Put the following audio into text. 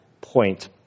point